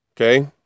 Okay